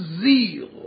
zeal